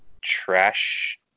trash